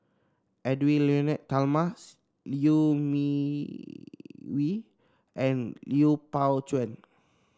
Edwy Lyonet Talma Liew Mee Wee and Lui Pao Chuen